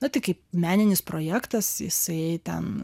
na taip kaip meninis projektas jisai ten